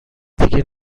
دیگه